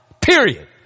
period